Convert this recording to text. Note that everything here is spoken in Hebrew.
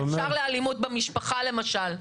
אפשר לאלימות במשפחה למשל,